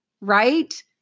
right